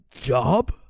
job